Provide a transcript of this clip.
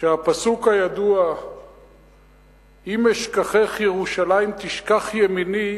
שהפסוק הידוע "אם אשכחך ירושלים תשכח ימיני"